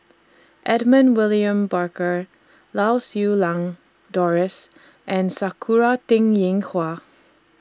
Edmund William Barker Lau Siew Lang Doris and Sakura Teng Ying Hua